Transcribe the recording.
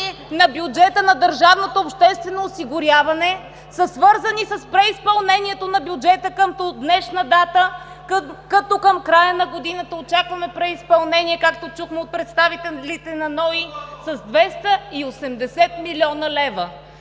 на бюджета на държавното обществено осигуряване са свързани с преизпълнението на бюджета към днешна дата, като към края на годината очакваме преизпълнение, както чухме от представителите на НОИ, с 280 млн. лв.